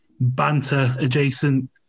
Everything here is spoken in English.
banter-adjacent